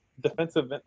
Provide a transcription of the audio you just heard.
defensive –